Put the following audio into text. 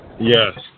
Yes